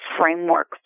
framework